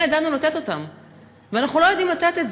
ידענו לתת ועכשיו אנחנו לא יודעים לתת.